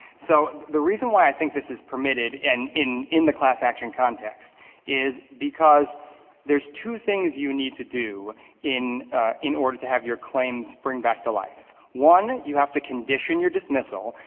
so the reason why i think this is permitted in in in the class action context is because there's two things you need to do in in order to have your claim spring back to life. one, you have to condition your dismissal,